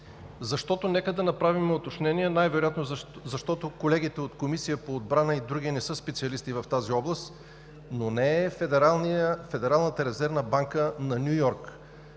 защото колегите от Комисията по отбрана и други не са специалисти в тази област, но не е Федералната резервна банка на Ню Йорк.